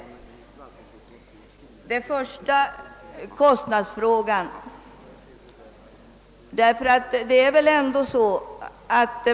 Det första är kostnadsskälet.